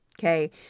Okay